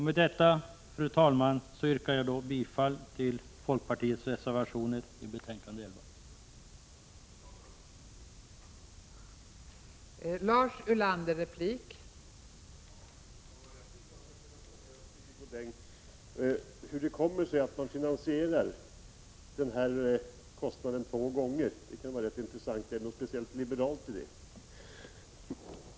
Med detta, fru talman, yrkar jag bifall till folkpartiets reservationer till arbetsmarknadsutskottets betänkande nr 11.